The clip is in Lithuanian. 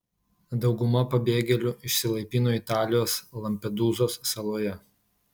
dauguma pabėgėlių išsilaipino italijos lampedūzos saloje